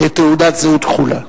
תעודת זהות כחולה.